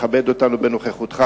שתכבד אותנו בנוכחותך.